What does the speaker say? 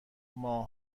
ماه